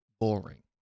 boring